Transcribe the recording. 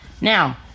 Now